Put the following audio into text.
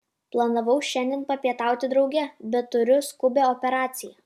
planavau šiandien papietauti drauge bet turiu skubią operaciją